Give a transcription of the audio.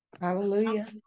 Hallelujah